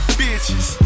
bitches